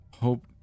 Hope